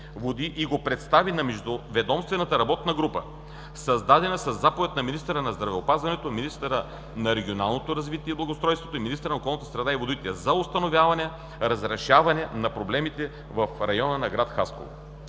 и го предостави на междуведомствената работна група (МРГ), създадена със заповед на министъра на здравеопазването, министъра на регионалното развитие и благоустройството и министъра на околната среда и водите, за установяване и разрешаване на проблемите в района на град Хасково;